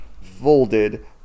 folded